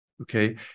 Okay